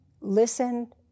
listen